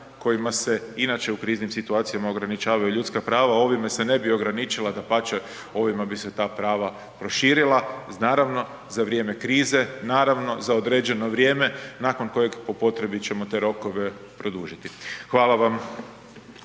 kojima se inače u kriznim situacijama ograničavaju ljudska prava. A ovime se ne bi ograničila, dapače, ovima bi se ta prava proširila uz naravno za vrijeme krize, naravno za određeno vrijeme nakon kojeg po potrebi ćemo te rokove produljiti. Hvala vam.